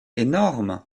énorme